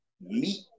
meet